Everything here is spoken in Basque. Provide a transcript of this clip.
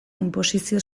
inposizio